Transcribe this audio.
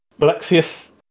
Alexius